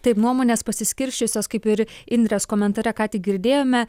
taip nuomonės pasiskirsčiusios kaip ir indrės komentare ką tik girdėjome